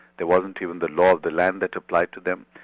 there wasn't even the law of the land that applied to them.